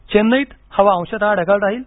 चेन्नईत हवा अंशतः ढगाळ राहील